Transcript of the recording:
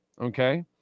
okay